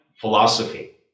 philosophy